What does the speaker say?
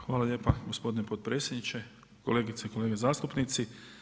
Hvala lijepa gospodine potpredsjedniče, kolegice i kolege zastupnici.